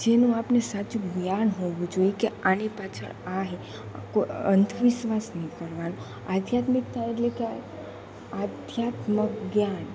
જેનું આપણને સાચું જ્ઞાન હોવું જોઈએ કે આની પાછળ આ અંધ વિશ્વાસ નહીં કરવાનો આધ્યાત્મિકતા એટલે કે આધ્યાત્મિક જ્ઞાન